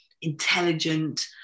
intelligent